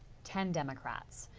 ten democrats.